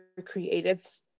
creatives